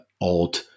odd